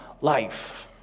life